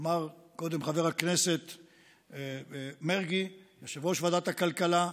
אמר קודם חבר הכנסת מרגי, יושב-ראש ועדת הכלכלה: